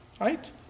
Right